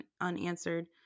unanswered